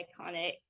iconic